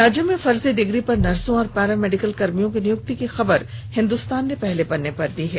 राज्य में फर्जी डिग्री पर नसों और पारा मेडिकल कर्मियों की नियुक्ति की खबर को हिंदुस्तान ने पहले पन्ने पर प्रकाशित किया है